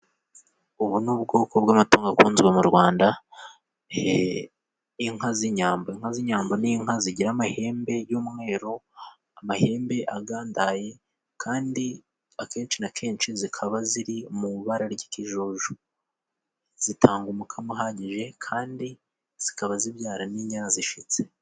Ubu ni ubwoko bw'amatungo akunzwe mu Rwanda inka z'inyambo, inka z'inyambo n'inka zigira amahembe y'umweru, amahembe agandaye kandi akenshi na kenshi zikaba ziri mu bara ry'ikijuju, zitanga umukamo uhagije, kandi zikaba zibyara n'inyana zishitse.